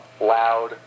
Loud